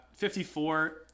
54